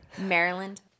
Maryland